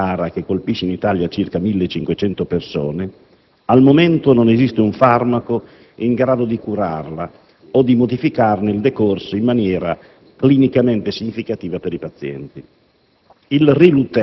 progressiva rara, che colpisce in Italia circa 1.500 persone, al momento non esiste un farmaco in grado di curarla o di modificarne il decorso in maniera clinicamente significativa per i pazienti.